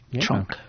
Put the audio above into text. trunk